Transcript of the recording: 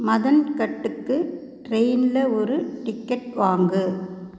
மதன்கட்டுக்கு ட்ரெயினில் ஒரு டிக்கெட் வாங்கு